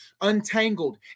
untangled